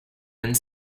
and